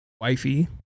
Wifey